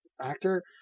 actor